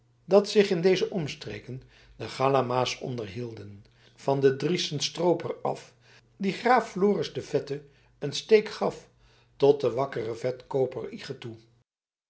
dat zich in deze omstreken de galamaas ophielden van den driesten strooper af die graaf floris den vetten een steek gaf tot den wakkeren vetkooper ige toe